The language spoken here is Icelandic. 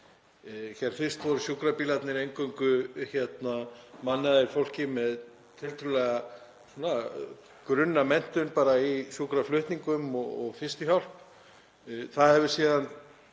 Fyrst voru sjúkrabílarnir eingöngu mannaðir fólki með tiltölulega grunna menntun, í sjúkraflutningum og fyrstu hjálp. Það hefur síðan